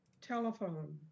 telephone